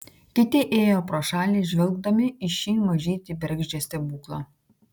kiti ėjo pro šalį žvelgdami į šį mažytį bergždžią stebuklą